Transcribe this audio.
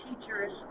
teachers